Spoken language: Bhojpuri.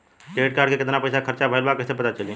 क्रेडिट कार्ड के कितना पइसा खर्चा भईल बा कैसे पता चली?